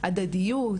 הדדיות,